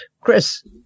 Chris